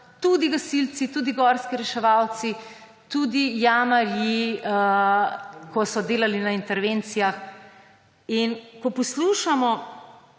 tudi gasilci, tudi gorski reševalci, tudi jamarji, ko so delali na intervencijah. In ko poslušamo,